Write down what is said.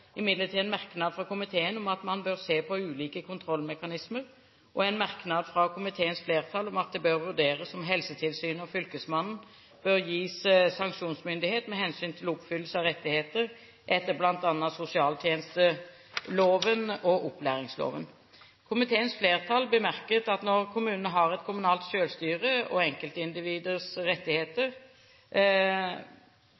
imidlertid en merknad fra komiteen om at man bør se på ulike kontrollmekanismer, og en merknad fra komiteens flertall om at det bør vurderes om Helsetilsynet og Fylkesmannen bør gis sanksjonsmyndighet med hensyn til oppfyllelse av rettigheter etter bl.a. sosialtjenesteloven og opplæringsloven. Komiteens flertall bemerket at når kommunene har kommunalt selvstyre og